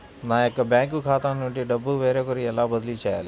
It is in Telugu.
నా యొక్క బ్యాంకు ఖాతా నుండి డబ్బు వేరొకరికి ఎలా బదిలీ చేయాలి?